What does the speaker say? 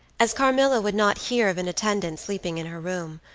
as carmilla would not hear of an attendant sleeping in her room,